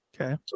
Okay